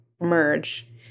merge